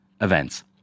events